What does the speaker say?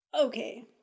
okay